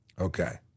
Okay